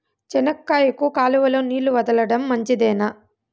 చెనక్కాయకు కాలువలో నీళ్లు వదలడం మంచిదేనా?